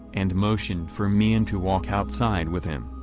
and motioned for meehan to walk outside with him.